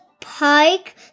park